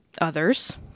Others